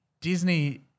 Disney